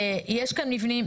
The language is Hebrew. יש כאן מבנים,